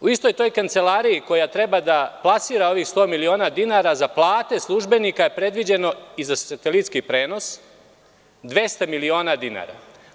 U istoj toj kancelariji, koja treba da plasira ovih 100 miliona dinara, za plate službenika, predviđen je satelitski prenos, 200 miliona dinara.